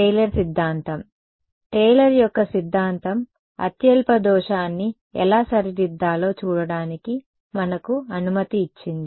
Taylor సిద్ధాంతం Taylor యొక్క సిద్ధాంతం అత్యల్ప దోషాన్ని ఎలా సరిదిద్దాలో చూడడానికి మనకు అనుమతి ఇచ్చింది